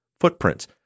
footprints